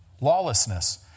Lawlessness